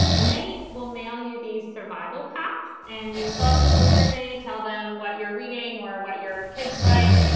and they will mail you these survival packs. and you thought this little survey. tell them what you're reading or what your kid's like.